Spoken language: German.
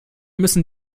müssen